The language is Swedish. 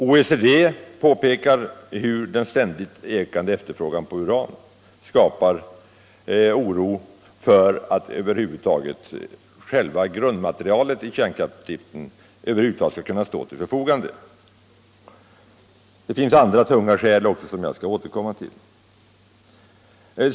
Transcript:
OECD påpekar hur den ständigt ökande efterfrågan på uran skapar oro för att själva grundmaterialet i kärnkraftsdriften över huvud taget skall stå till förfogande. Det finns också andra tunga skäl som jag skall återkomma till.